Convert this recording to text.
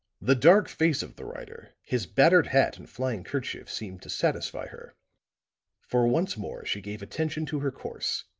the dark face of the rider, his battered hat and flying kerchief seemed to satisfy her for once more she gave attention to her course,